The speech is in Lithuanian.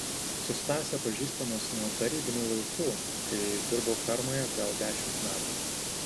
su stase pažįstamas nuo tarybinių laikų kai dirbau fermoje gal dešimt metų